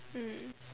mm